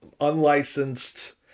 Unlicensed